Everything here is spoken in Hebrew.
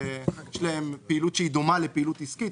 שיש להם פעילות דומה לפעילות עסקית.